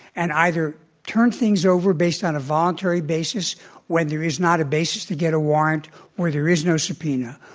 and either turn things over based on a voluntary basis where there is not a basis to get a warrant or there is no subpoena.